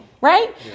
Right